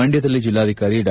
ಮಂಡ್ಕದಲ್ಲಿ ಜಿಲ್ಲಾಧಿಕಾರಿ ಡಾ